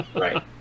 Right